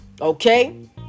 okay